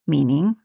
Meaning